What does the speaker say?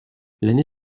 l’année